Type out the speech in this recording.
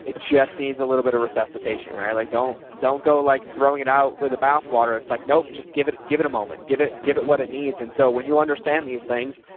just needs a little bit of resuscitation, right? like don't, don't go like throwing it out with the bath water. it's like, nope, just give it, give it a moment, give it, give it what it needs. and so when you understand these things,